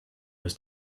was